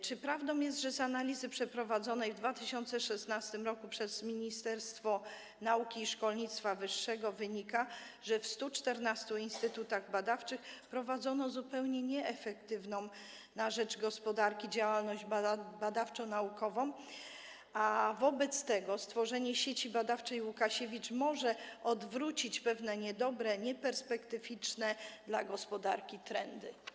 Czy prawdą jest, że z analizy przeprowadzonej w 2016 r. przez Ministerstwo Nauki i Szkolnictwa Wyższego wynika, że w 114 instytutach badawczych prowadzono zupełnie nieefektywną na rzecz gospodarki działalność badawczo-naukową, wobec czego stworzenie Sieci Badawczej: Łukasiewicz może odwrócić pewne niedobre, nieperspektywiczne dla gospodarki trendy?